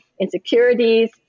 insecurities